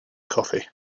coffee